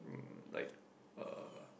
um like uh